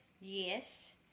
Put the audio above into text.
Yes